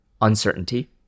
uncertainty